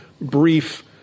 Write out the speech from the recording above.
brief